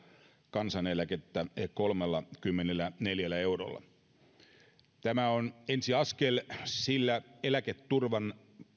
kansaneläkettä kolmellakymmenelläneljällä eurolla tämä on ensiaskel sillä eläketurvan